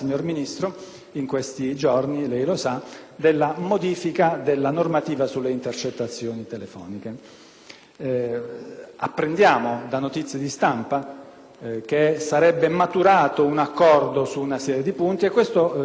della modifica della normativa sulle intercettazioni telefoniche. Apprendiamo da notizie di stampa che sarebbe maturato un accordo su una serie di punti, e questo ci fa piacere perché, tra l'altro, constatiamo